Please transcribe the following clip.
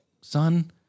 son